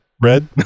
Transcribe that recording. Red